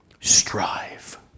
Strive